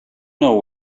know